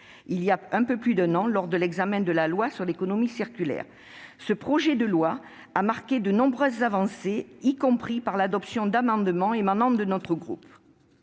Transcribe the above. il y a un peu plus d'un an lors de l'examen de la loi sur l'économie circulaire. Ce texte a marqué de nombreuses avancées, y compris grâce à l'adoption d'amendements émanant de notre groupe.